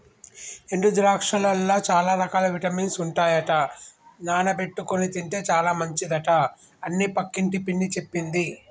ఎండు ద్రాక్షలల్ల చాల రకాల విటమిన్స్ ఉంటాయట నానబెట్టుకొని తింటే చాల మంచిదట అని పక్కింటి పిన్ని చెప్పింది